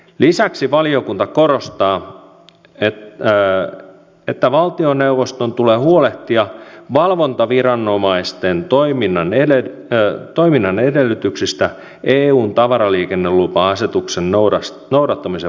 lisäksi valiokunta korostaa että valtioneuvoston tulee huolehtia valvontaviranomaisten toiminnan edellytyksistä eun tavaraliikennelupa asetuksen noudattamisen varmistamiseksi